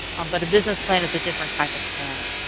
but a business plan is a different type of planning.